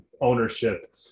ownership